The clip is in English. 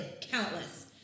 Countless